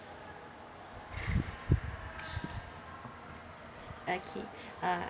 okay uh